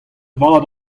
vat